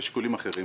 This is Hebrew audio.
ויש שיקולים אחרים.